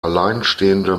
alleinstehende